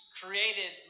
created